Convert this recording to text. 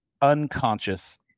unconscious